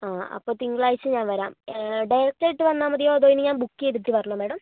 ആ അപ്പോൾ തിങ്കളാഴ്ച ഞാൻ വരാം ഡയറക്റ്റ് ആയിട്ട് വന്നാൽമതിയോ അതോ ഇനി ഞാൻ ബുക്ക് ചെയ്തിട്ട് വരണോ മാഡം